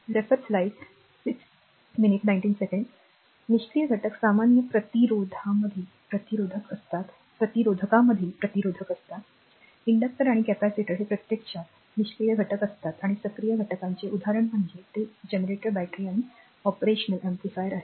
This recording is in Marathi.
निष्क्रिय घटक सामान्य प्रतिरोधकांमधील प्रतिरोधक असतात इंडक्टर आणि कॅपेसिटर हे प्रत्यक्षात निष्क्रिय घटक असतात आणि सक्रिय घटकांचे उदाहरण म्हणजे ते जनरेटर बॅटरी आणि ऑपरेशनल एम्प्लीफायर्स आहेत